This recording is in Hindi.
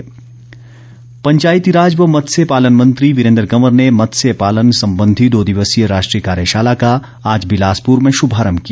वीरेन्द्र कंवर पंचायतीराज व मत्स्य पालन मंत्री वीरेन्द्र कंवर ने मत्स्य पालन संबधीं दो दिवसीय राष्ट्रीय कार्यशाला का आज बिलासपुर में शुभारंभ किया